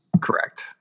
Correct